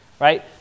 Right